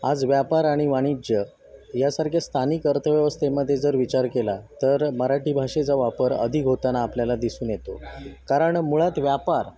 आज व्यापार आणि वाणिज्य यासारख्या स्थानिक अर्थव्यवस्थेमध्ये जर विचार केला तर मराठी भाषेचा वापर अधिक होताना आपल्याला दिसून येतो कारण मुळात व्यापार